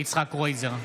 יצחק קרויזר,